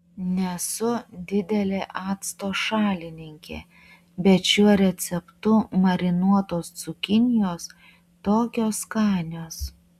nesu didelė acto šalininkė bet šiuo receptu marinuotos cukinijos tokios skanios